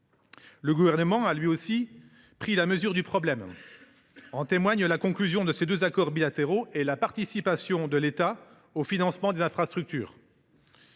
Le Gouvernement a, lui aussi, pris la mesure du problème, comme en témoignent la conclusion de ces deux accords bilatéraux et la participation de l’État au financement des infrastructures.